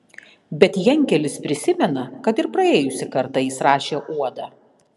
bet jankelis prisimena kad ir praėjusį kartą jis rašė uodą